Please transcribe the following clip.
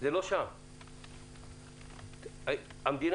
אם חשוב להם, שייתנו את המענקים מן המדינה,